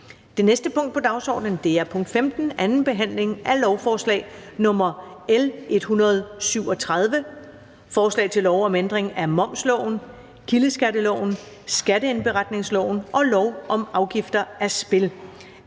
Det næste punkt på dagsordenen er: 15) 2. behandling af lovforslag nr. L 137: Forslag til lov om ændring af momsloven, kildeskatteloven, skatteindberetningsloven og lov om afgifter af spil.